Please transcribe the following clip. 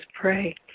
pray